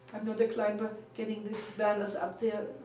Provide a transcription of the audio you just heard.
another climber getting this done is out there.